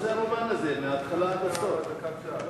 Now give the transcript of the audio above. הארגון לשיתוף פעולה ולפיתוח כלכלי בדבר זכויות יתר,